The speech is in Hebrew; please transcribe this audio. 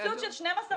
קיצוץ של 12 מיליון שקל.